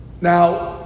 Now